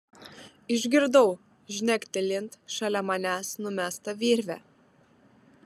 išgirdau žnektelint šalia manęs numestą virvę